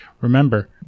Remember